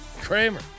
Kramer